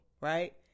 right